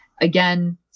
Again